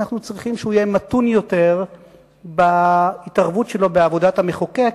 אנחנו צריכים שהוא יהיה מתון יותר בהתערבות שלו בעבודת המחוקק,